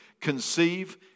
Conceive